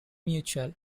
mutual